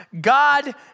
God